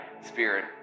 spirit